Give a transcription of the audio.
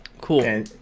Cool